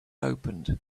opened